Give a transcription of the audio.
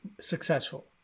successful